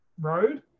road